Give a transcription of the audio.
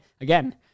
again